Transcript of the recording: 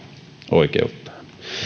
oikeuttaan